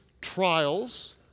trials